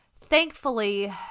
Thankfully